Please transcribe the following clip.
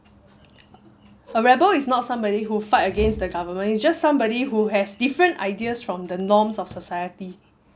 a rebel is not somebody who fight against the government he's just somebody who has different ideas from the norms of society